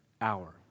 hour